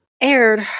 aired